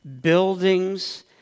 buildings